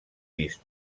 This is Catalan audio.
vist